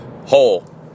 hole